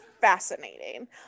Fascinating